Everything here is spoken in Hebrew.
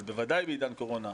אבל בוודאי בעידן קורונה.